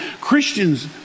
Christians